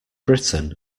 britain